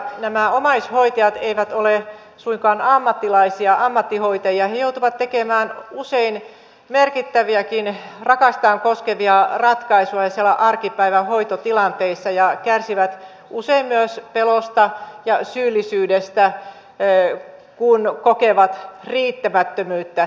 nämä omaishoitajat eivät ole suinkaan ammattilaisia ammattihoitajia he joutuvat tekemään usein merkittäviäkin rakastaan koskevia ratkaisuja siellä arkipäivän hoitotilanteissa ja kärsivät usein myös pelosta ja syyllisyydestä kun kokevat riittämättömyyttä